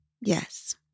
Yes